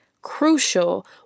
crucial